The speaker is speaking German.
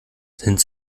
sind